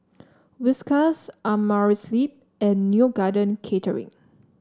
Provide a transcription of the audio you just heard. Whiskas Amerisleep and Neo Garden Catering